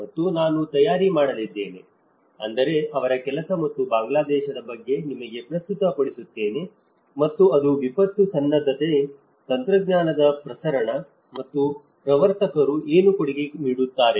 ಮತ್ತು ನಾನು ತಯಾರಿ ಮಾಡಲಿದ್ದೇನೆ ಅಂದರೆ ಅವರ ಕೆಲಸ ಮತ್ತು ಬಾಂಗ್ಲಾದೇಶದ ಬಗ್ಗೆ ನಿಮಗೆ ಪ್ರಸ್ತುತಪಡಿಸುತ್ತೇನೆ ಮತ್ತು ಅದು ವಿಪತ್ತು ಸನ್ನದ್ಧತೆ ತಂತ್ರಜ್ಞಾನದ ಪ್ರಸರಣ ಮತ್ತು ಪ್ರವರ್ತಕರು ಏನು ಕೊಡುಗೆ ನೀಡುತ್ತಾರೆ